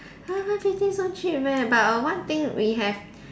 !huh! five fifty so cheap eh but err one thing we have